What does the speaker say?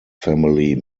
family